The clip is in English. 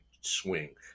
swing